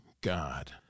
God